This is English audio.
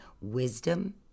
Wisdom